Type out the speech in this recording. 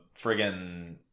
friggin